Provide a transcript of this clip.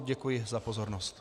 Děkuji za pozornost.